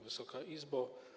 Wysoka Izbo!